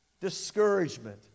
discouragement